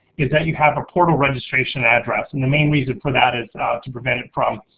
is that you have a portal registration address and the main reason for that is to prevent it from